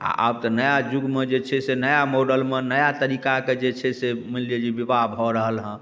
आओर आब तऽ नया युगमे जे छै से नया मोडलमे नया तरीकाके जाइ छै से मानि लिऽ जे बिबाह भऽ रहल हँ